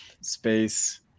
space